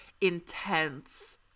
intense